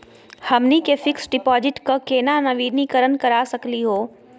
हमनी के fix deposit क केना नवीनीकरण करा सकली हो?